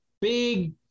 big